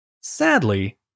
Sadly